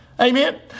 Amen